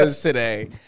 today